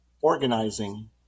organizing